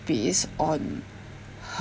based on